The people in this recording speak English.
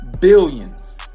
billions